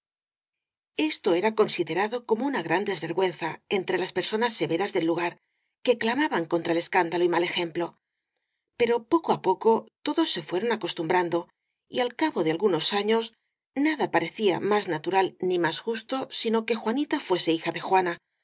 esto era considerado como una gran desver güenza entre las personas severas del lugar que chinaban contra el escándalo y mal ejemplo pero púco á poco todos se fueron acostumbrando y al cabo de algunos años nada parecía más natural ni más justo sino que juanita fuese hija de juana